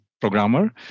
programmer